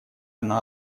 она